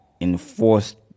enforced